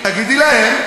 תגידי להם,